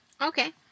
Okay